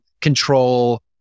control